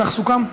כך סוכם?